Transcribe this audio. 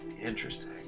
Interesting